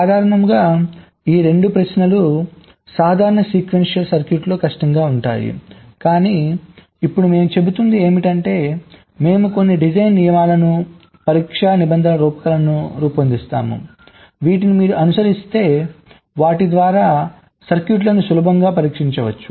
సాధారణంగా ఈ రెండు ప్రశ్నలు సాధారణ సీక్వెన్షియల్ సర్క్యూట్లో కష్టంగా ఉంటాయి కానీ ఇప్పుడు మేము చెబుతున్నది ఏమిటంటే మేము కొన్ని డిజైన్ నియమాలను పరీక్షా నిబంధనల రూపకల్పనను రూపొందిస్తాము వీటిని మీరు అనుసరిస్తే వాటి ద్వారా సర్క్యూట్లను సులభంగా పరీక్షించవచ్చు